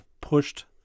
pushed